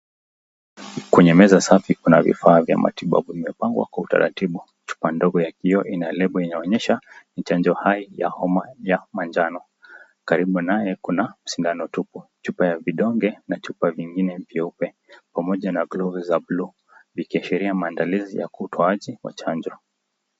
Kwenye meza safi kuna vifaa vya matibabu vimepangwa kwa utaratibu. Chupa ndogo ya kiio inalebo inaonyesha chanjo haya ya homa ya manjano. Karibu naye kuna sindano tupu. Chupa ya vidonge na chupa vingine vyeupe pamoja na glovu za bluu zikiashiria maandalizi ya utoaji wa chanjo.